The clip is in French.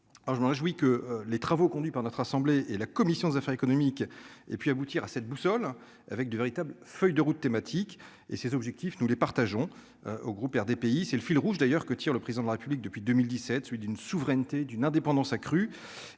je me réjouis que les travaux conduits par notre assemblée et la commission des affaires économiques et puis aboutir à cette boussole avec du véritable feuille de route thématiques et ses objectifs, nous les partageons au groupe RDPI, c'est le fil rouge d'ailleurs que tire le président de la République depuis 2017 jouit d'une souveraineté d'une indépendance accrue